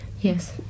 Yes